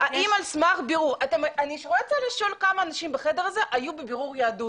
אני רוצה לשאול כמה אנשים בחדר הזה היו בבירור יהדות.